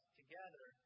together